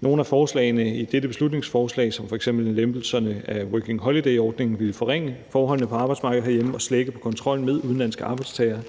Nogle af forslagene i dette beslutningsforslag som f.eks. lempelserne af Working Holiday-ordningen ville forringe forholdene på arbejdsmarkedet herhjemme og slække på kontrollen med udenlandske arbejdstagere,